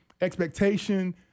expectation